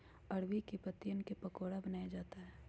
अरबी के पत्तिवन क पकोड़ा बनाया जाता है